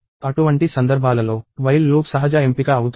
అటువంటి సందర్భాలలో while loop సహజ ఎంపిక అవుతుంది